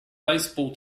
baseball